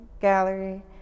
Gallery